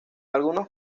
algunos